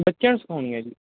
ਬੱਚਿਆਂ ਨੂੰ ਸਿਖਾਉਣੀ ਹੈ ਜੀ